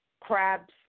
crabs